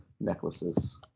necklaces